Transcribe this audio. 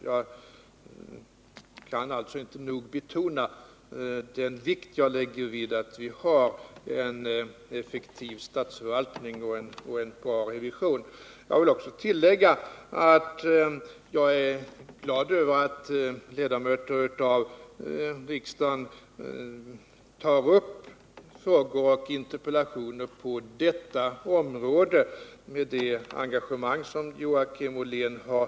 Jag kan alltså inte nog betona den vikt jag lägger vid att vi haren effektiy statsförvaltning och en bra revision. t ”: Vidare vill jag tillägga att jag är glad över att ledamöter av riksdagen genom frågor och interpellationer på detta område visar det engagemang som Joakim Ollén gjort.